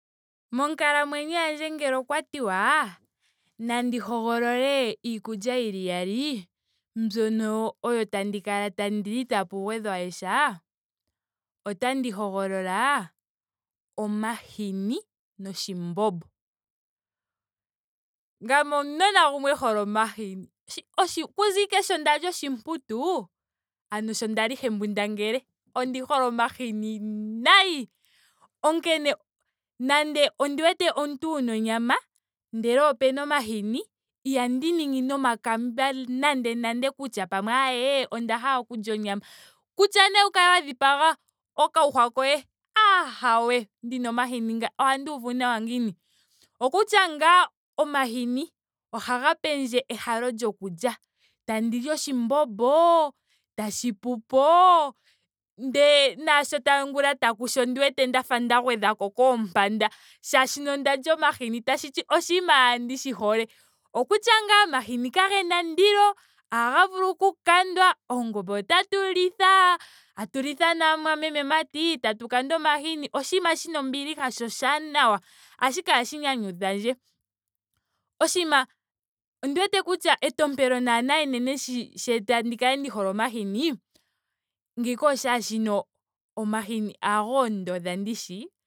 Monkalamwenyo yandje ngele okwa tiwa nandi hogolole iikulya yili iyali mbyoka tandi kala tandi li itaapa gwedhwa sha. otandi hogolola omahini. noshimbombo. Ngame omunona gumwe e hole omahini. shi- okuza ashike sho ndali oshimputu. ano sho ndali hembundangele. ondi hole omahini nayi. Onkene nando ondi wete omuntu wuna onyama ndele ndele opena omahini ihandi ningi nomakamba nande nande kutya pamwe aaae onda hala oku lya onyama. Kutya nee owu kale wa dhipaga okayuhwa koye. ahawee. ndina omahini nga- ohandi uvu nawa ngiini. Okutya tuu omahini ohaga pendje ehalo lyokulya. tandi li oshimbombo. tashi pupo. ndele naasho ongula taku shi ondi wete nda fa nda gwedhako koompanda molwaashoka onda lya omahini. Tashiti oshinima ashike ndishi hole. Okutya tuu omahini kagena ondilo. ohaga vulu ku kandwa. oongombe otatu litha. tatu litha naamwameme mati. tatu kanda omahini. oshinima shina ombiliha sho oshaanawa. Ashike ohashi nyanyudha ndje. Oshinima ondi wete kutya etompelo enene sheeta opo ndi kalendi hole omahini ngiika omolwaashoka ohaga ondodha ndishi